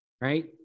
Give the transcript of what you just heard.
right